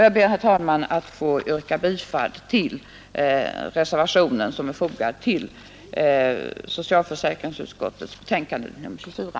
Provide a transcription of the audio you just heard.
Jag ber, herr talman, att få yrka bifall till reservationen vid socialförsäkringsutskottets betänkande nr 24.